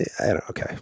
Okay